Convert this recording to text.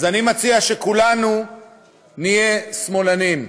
אז אני מציע שכולנו נהיה שמאלנים.